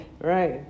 Right